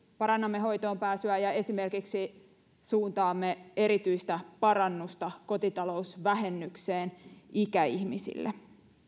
parannamme hoitoon pääsyä ja esimerkiksi suuntaamme erityistä parannusta kotitalousvähennykseen ikäihmisille